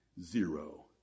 Zero